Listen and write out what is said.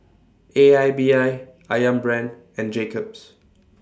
A I B I Ayam Brand and Jacob's